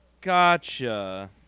Gotcha